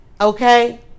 okay